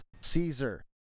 Caesar